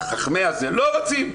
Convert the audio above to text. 'לא רוצים,